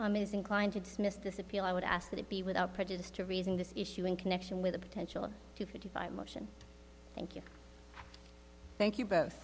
is inclined to dismiss this appeal i would ask that it be without prejudice to raising this issue in connection with a potential two fifty five motion thank you thank you both